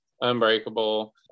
unbreakable